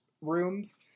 rooms